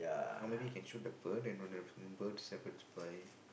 or maybe you can shoot the bird then we've a bird's Shepherd's pie